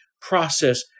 process